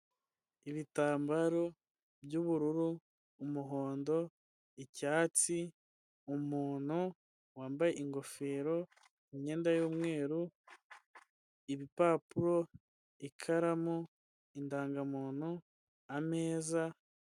Ibitambaro by'ubururu umuhondo, icyatsi, umuntu wambaye ingofero, imyenda y'umweru, ibipapuro, ikaramu indangamuntu ameza.